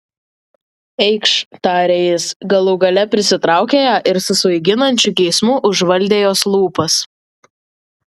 eikš tarė jis galų gale prisitraukė ją ir su svaiginančiu geismu užvaldė jos lūpas